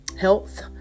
health